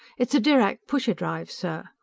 it's a dirac pusher-drive, sir.